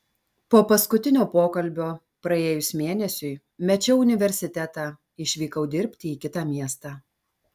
po paskutinio pokalbio praėjus mėnesiui mečiau universitetą išvykau dirbti į kitą miestą